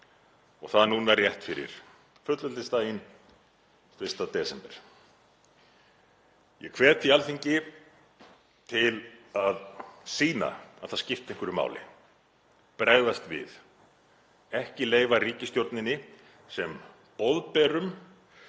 og það núna rétt fyrir fullveldisdaginn, 1. desember. Ég hvet því Alþingi til að sýna að það skipti einhverju máli, að bregðast við, ekki leyfa ríkisstjórninni sem boðberum